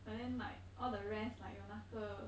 but then like all the rest like 有那个